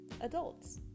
adults